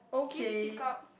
can you speak up